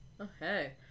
Okay